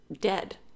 dead